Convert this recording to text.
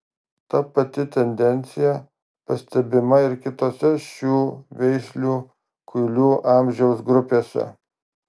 ta pati tendencija pastebima ir kitose šių veislių kuilių amžiaus grupėse